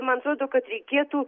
man atrodo kad reikėtų